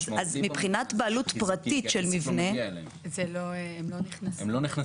מבחינת בעלות פרטית של מבנה --- הם לא נכנסים.